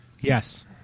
Yes